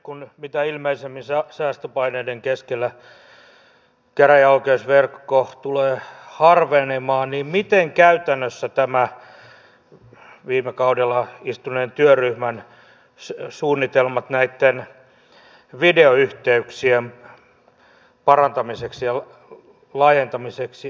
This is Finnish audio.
kun mitä ilmeisimmin säästöpaineiden keskellä käräjäoikeusverkko tulee harvenemaan niin miten käytännössä tämän viime kaudella istuneen työryhmän suunnitelmat näitten videoyhteyksien parantamiseksi ja laajentamiseksi etenevät